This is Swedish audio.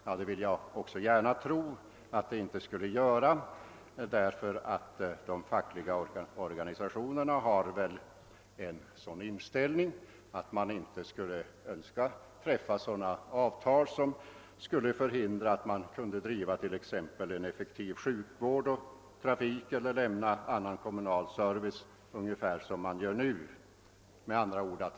Jag vill gärna tro det, därför att de fackliga organisationerna har en sådan inställning att de inte önskar träffa sådana avtal som skulle förhindra att man ger en effektiv sjukvård, driver ett trafikföretag eller lämnar annan kommunal service ungefär så som man nu gör.